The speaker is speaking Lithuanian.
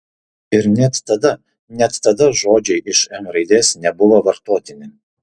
ir net tada net tada žodžiai iš m raidės nebuvo vartotini